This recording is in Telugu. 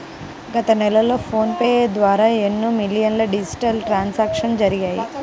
గత నెలలో ఫోన్ పే ద్వారా ఎన్నో మిలియన్ల డిజిటల్ ట్రాన్సాక్షన్స్ జరిగాయి